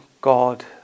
God